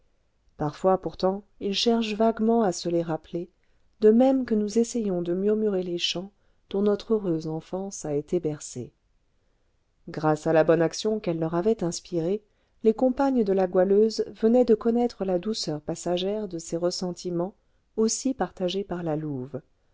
parfois pourtant ils cherchent vaguement à se les rappeler de même que nous essayons de murmurer les chants dont notre heureuse enfance a été bercée grâce à la bonne action qu'elle leur avait inspirée les compagnes de la goualeuse venaient de connaître la douceur passagère de ces ressentiments aussi partagés par la louve